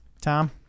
Tom